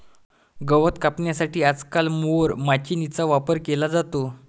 गवत कापण्यासाठी आजकाल मोवर माचीनीचा वापर केला जातो